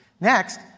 Next